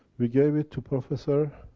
we gave it to professor